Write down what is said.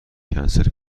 کنسل